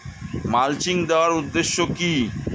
Mulching দেওয়ার উদ্দেশ্য কি?